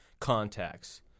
contacts